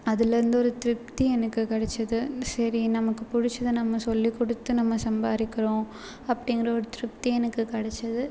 அதுலேருந்து ஒரு திருப்தி எனக்கு கிடச்சிது சரி நமக்கு புடிச்சதை நம்ம சொல்லி கொடுத்து நம்ம சம்பாதிக்கிறோம் அப்டிங்கிற ஒரு திருப்தி எனக்கு கிடச்சிது